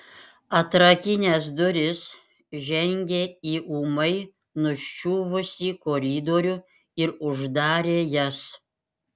atrakinęs duris žengė į ūmai nuščiuvusį koridorių ir uždarė jas